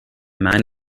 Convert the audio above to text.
man